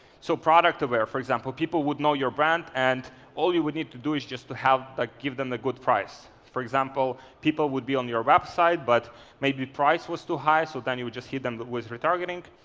so product aware. for example, people would know your brand and all you would need to do is just to have that give them the good price. for example, people would be on your website but maybe price was too high so then you would just hit them with retargeting,